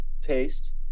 taste